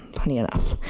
funny enough.